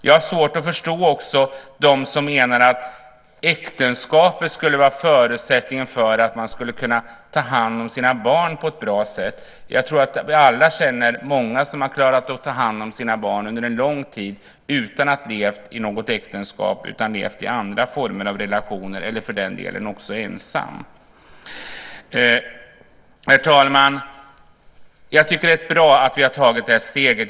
Jag har också svårt att förstå dem som menar att äktenskapet skulle vara förutsättningen för att man skulle kunna ta hand om sina barn på ett bra sätt. Jag tror att vi alla känner många som har klarat av att ta hand om sina barn under en lång tid utan att de har levt i något äktenskap. De har levt i andra former av relationer eller för den delen ensamma. Herr talman! Jag tycker att det är bra att vi har tagit det här steget.